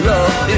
Love